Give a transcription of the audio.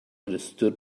understood